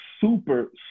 super